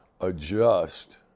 adjust